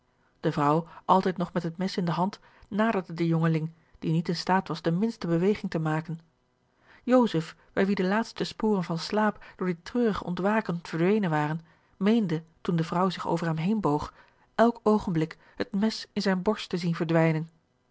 de vrouw altijd nog met het mes in de hand naderde den jongeling die niet in staat was de minste beweging te maken joseph bij wien de laatste sporen van slaap door dit treurig ontwaken verdwenen waren meende toen de vrouw zich over hem heen boog elk oogenblik het mes in zijne borst te zien verdwijnen